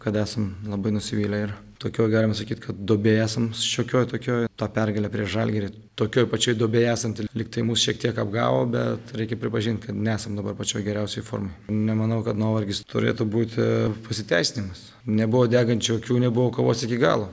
kad esam labai nusivylę ir tokioj galima sakyt kad duobėj esam šiokioj tokioj ta pergalė prieš žalgirį tokioj pačioj duobėj esant liktai mus šiek tiek apgavo bet reikia pripažint kad nesam dabar pačioj geriausioj formoj nemanau kad nuovargis turėtų būti pasiteisinimas nebuvo degančių akių nebuvo kovos iki galo